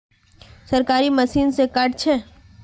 सरकारी मशीन से कार्ड छै?